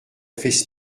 fest